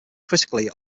critically